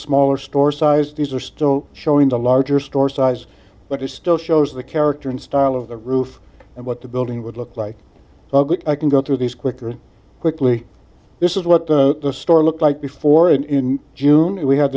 smaller store size these are still showing the larger store size but it still shows the character and style of the roof and what the building would look like ugh i can go through these quicker quickly this is what the store looked like before and in june we had